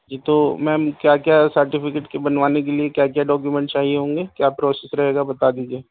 جی تو میم کیا کیا سرٹیفیکیٹ کے بنوانے کے لیے کیا کیا ڈاکیومینٹ چاہیے ہوں گے کیا پروسیس رہے گا بتا دیجیے